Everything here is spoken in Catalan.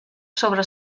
sobre